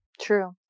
True